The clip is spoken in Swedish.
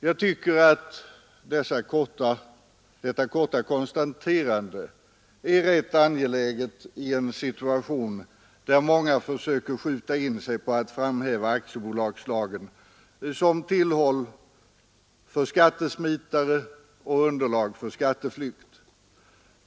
Jag tycker att detta korta konstaterande är rätt angeläget i en situation där många försöker skjuta in sig på att framhäva aktiebolagen som tillhåll för skattesmitare och underlag för skatteflykt.